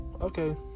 Okay